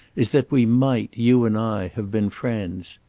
is that we might, you and i, have been friends.